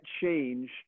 change